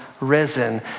risen